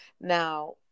now